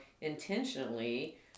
intentionally